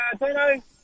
Dino